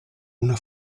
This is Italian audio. una